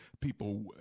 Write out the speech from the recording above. people